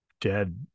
dead